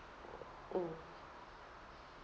oh